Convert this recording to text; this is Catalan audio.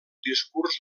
discurs